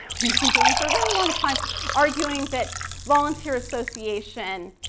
we've been doing for a very long time arguing that volunteer association,